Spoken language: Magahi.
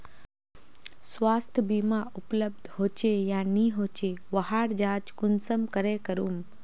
स्वास्थ्य बीमा उपलब्ध होचे या नी होचे वहार जाँच कुंसम करे करूम?